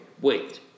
wait